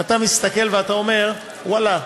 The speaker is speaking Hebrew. אתה מסתכל ואתה אומר: ואללה,